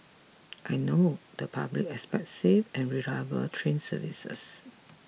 I know the public expects safe and reliable train services